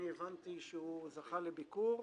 הבנתי שהוא זכה לביקורים.